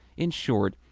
in short,